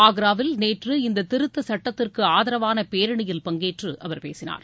ஆக்ராவில் நேற்று இந்த திருத்த சுட்டத்திற்கு ஆதரவான பேரணியில் பங்கேற்று அவர் பேசினார்